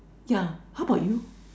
yeah how about you